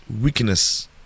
weakness